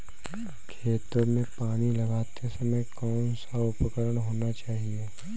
खेतों में पानी लगाते समय कौन सा उपकरण होना चाहिए?